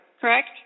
correct